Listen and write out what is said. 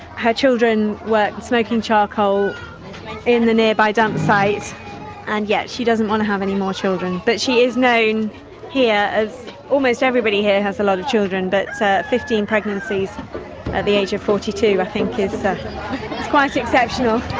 her children work smoking charcoal in the nearby dumpsite and yet she doesn't want to have any more children. but she is known here as almost everybody here has a lot of children, but fifteen pregnancies at the age of forty two, i think is quite exceptional.